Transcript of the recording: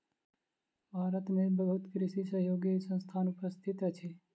भारत में बहुत कृषि सहयोगी संस्थान उपस्थित अछि